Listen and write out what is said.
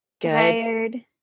Tired